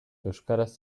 euskaraz